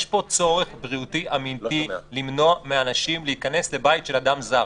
יש פה צורך בריאותי אמיתי למנוע מאנשים להיכנס לבית של אדם זר.